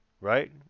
right